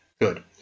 Good